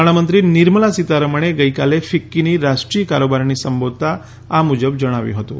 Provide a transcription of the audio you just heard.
નાણામંત્રી નિર્મલા સીતારમણે ગઇકાલે ફિક્કીની રાષ્ટ્રીય કારોબારીને સંબોધતાં આ મુજબ જણાવ્યું હતું